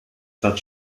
trat